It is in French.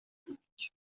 publique